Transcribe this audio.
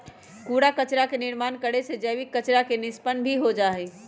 कूड़ा कचरा के निर्माण करे से जैविक कचरा के निष्पन्न भी हो जाहई